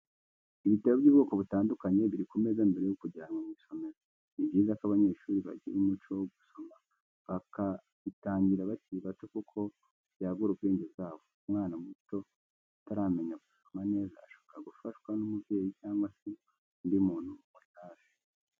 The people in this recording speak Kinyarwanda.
Ibitabo by'ubwoko butandukanye biri ku meza mbere yo kujyanwa mu isomero, ni byiza ko abanyeshuri bagira umuco wo gusoma bakabitangira bakiri bato kuko byagura ubwenge bwabo, umwana muto utaramenya gusoma neza ashobora gufashwa n'umubyeyi cyangwa se undi muntu umuri hafi.